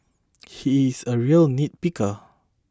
he is a real nitpicker